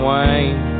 Wayne